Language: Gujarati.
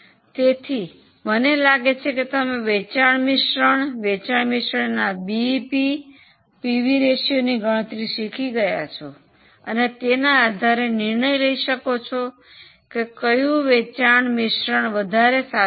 તેથી મને લાગે કે તમે વેચાણ મિશ્રણની વેચાણ મિશ્રણના બીઇપી પીવી રેશિયોની ગણતરી શીખી ગયા છો અને તેના આધારે નિર્ણય લઈ શકો છો કે કયો વેચાણ મિશ્રણ વધારે સારું છે